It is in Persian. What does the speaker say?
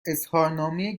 اظهارنامه